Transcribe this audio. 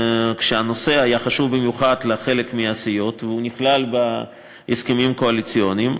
כשהנושא היה חשוב במיוחד לחלק מהסיעות והוא נכלל בהסכמים הקואליציוניים,